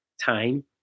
time